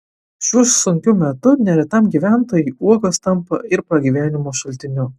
šiuo sunkiu metu neretam gyventojui uogos tampa ir pragyvenimo šaltiniu